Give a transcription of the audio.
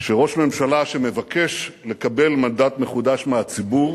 שראש ממשלה שמבקש לקבל מנדט מחודש מהציבור